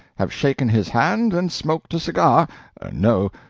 have shaken his hand, and smoked a cigar no,